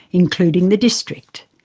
including the district.